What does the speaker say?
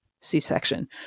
C-section